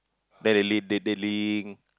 then delay they delaying